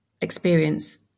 experience